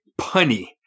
punny